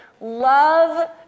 love